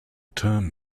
term